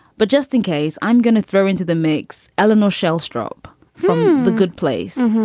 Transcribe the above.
but just in case i'm gonna throw into the mix. eleanor shell strobe from the good place,